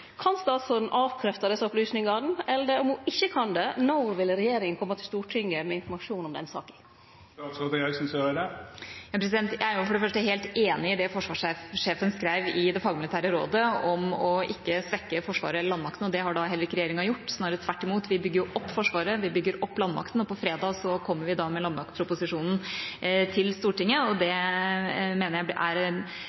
Kan statsråden avkrefte desse opplysningane? Om ho ikkje kan det: Når vil regjeringa kome til Stortinget med informasjon om den saka? Jeg er for det første helt enig i det forsvarssjefen skrev i rapporten fra det fagmilitære rådet om ikke å svekke Forsvaret eller landmakten, og det har heller ikke regjeringa gjort. Snarere tvert imot bygger vi opp Forsvaret, vi bygger opp landmakten, og på fredag kommer vi med landmaktproposisjonen til Stortinget. Det